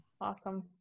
Awesome